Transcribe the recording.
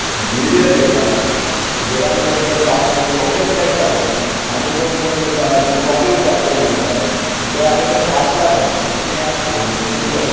geyser येयला गिजरान तें उदक तापोवन रोखडेंच मेळटा तापोवन आणीक तें पिवपाकूय तापोवंक मेळटा म्हण तें आतां कडेन फास्ट जालां पूण कितें आहा पयलुचें उदक